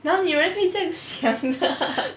哪里有人会这样想的